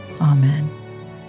Amen